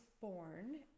born